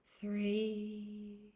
three